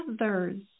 others